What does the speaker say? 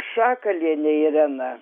šakalienė irena